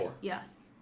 yes